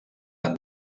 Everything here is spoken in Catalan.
tan